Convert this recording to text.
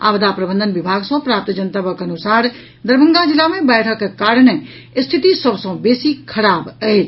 आपदा प्रबंधन विभाग सँ प्राप्त जनतबक अनुसार दरभंगा जिला मे बाढ़िक कारणँ रिथति सभ सँ बेसी खराब अछि